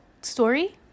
story